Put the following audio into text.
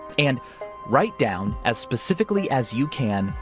and write down as specifically as you can,